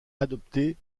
adopté